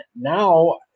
now